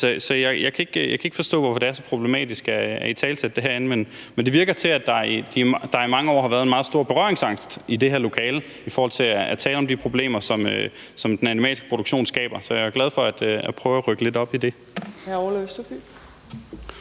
Jeg kan ikke forstå, hvorfor det er så problematisk at italesætte det herinde, men det virker, som om der i mange år har været en meget stor berøringsangst i det her lokale i forhold til at tale om de problemer, som den animalske produktion skaber. Jeg er glad for at prøve at ruske lidt op i det.